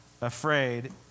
afraid